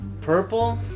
Purple